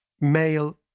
male